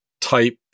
type